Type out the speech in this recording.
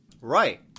Right